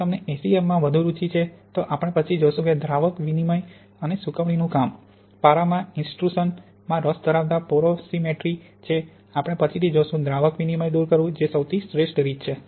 જો તમને SEM માં વધુ રુચિ છે તો આપણે પછી જોશું કે દ્રાવક વિનિમય અને સૂકવણીનું કામ પારા માં ઇન્ટ્રુસન માં રસ ધરાવતા પોરોસિમેટ્રી છે આપણે પછીથી જોશું દ્રાવક વિનિમય દૂર કરવું જે સૌથી શ્રેષ્ઠ રીત છે